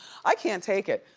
i can't take it.